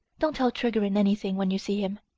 don't tell trigorin anything when you see him.